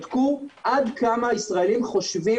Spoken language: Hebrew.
בדקו עד כמה ישראלים חושבים,